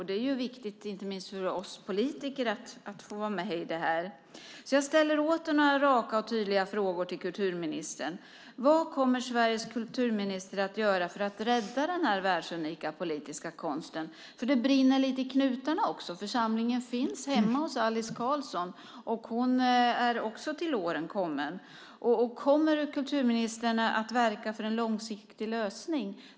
Det är viktigt, inte minst för oss politiker, att få vara med om detta. Jag ställer åter några raka och tydliga frågor till kulturministern. Vad kommer Sveriges kulturminister att göra för att rädda denna världsunika politiska konst? Det brinner lite i knutarna, för samlingen finns hemma hos Alice Karlsson och hon är till åren kommen. Kommer kulturministern att verka för en långsiktig lösning?